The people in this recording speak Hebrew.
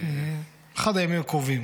באחד הימים הקרובים.